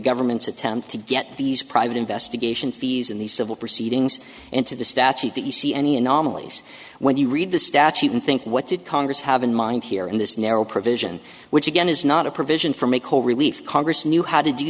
government's attempt to get these private investigation fees in the civil proceedings into the statute that you see any anomalies when you read the statute and think what did congress have in mind here in this narrow provision which again is not a provision from a coal relief congress knew how to do